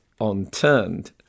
unturned